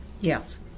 Yes